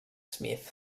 smith